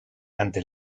ante